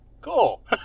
cool